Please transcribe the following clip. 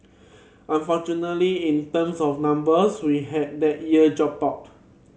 unfortunately in terms of numbers we had that year drop out